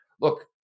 look